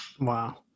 Wow